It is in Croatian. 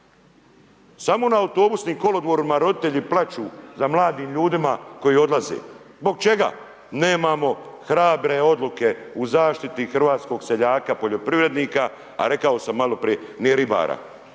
Samo na autobusnim kolodvorima, roditelji plaću za mladim ljudima koji odlaze, zbog, čega? Nemamo hrabre odluke u zaštiti hrvatskog seljaka, poljoprivrednika, a rekao sam maloprije ni ribara.